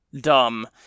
dumb